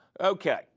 Okay